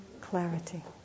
clarity